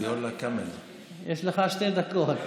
יש לך שתי דקות.